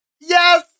yes